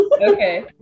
Okay